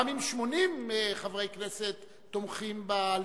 גם אם 80 חברי כנסת תומכים בהליך,